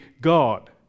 God